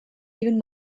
even